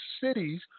cities